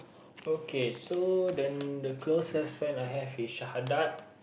okay so the the closest friend I have is Shahadat